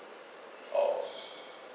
oh